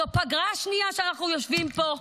זאת פגרה שנייה שאנחנו יושבים פה,